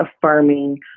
affirming